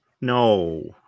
No